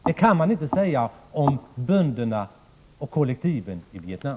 Detta kan man inte säga om bönderna på kollektiven i Vietnam.